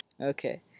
Okay